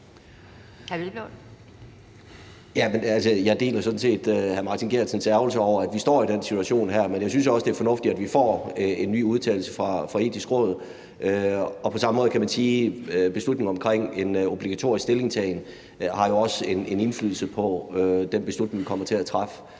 sådan set hr. Martin Geertsens ærgrelse over, at vi står i den her situation, men jeg synes også, det er fornuftigt, at vi får en ny udtalelse fra Det Etiske Råd. Og på samme måde kan man sige, at beslutningen omkring en obligatorisk stillingtagen jo også har en indflydelse på den beslutning, vi kommer til at træffe,